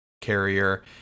carrier